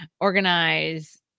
organize